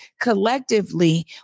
collectively